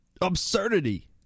absurdity